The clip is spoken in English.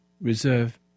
reserve